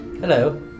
Hello